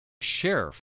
sheriff